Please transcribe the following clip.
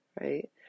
right